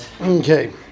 Okay